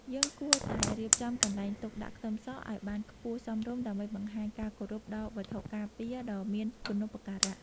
យើងគួរតែរៀបចំកន្លែងទុកដាក់ខ្ទឹមសឱ្យបានខ្ពស់សមរម្យដើម្បីបង្ហាញការគោរពដល់វត្ថុការពារដ៏មានគុណូបការៈ។